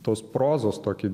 tos prozos tokį